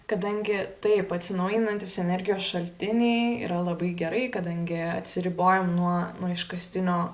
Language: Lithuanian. kadangi taip atsinaujinantys energijos šaltiniai yra labai gerai kadangi atsiribojam nuo iškastinio